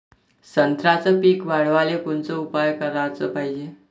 संत्र्याचं पीक वाढवाले कोनचे उपाव कराच पायजे?